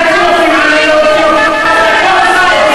חברת הכנסת, תני לו להגיד.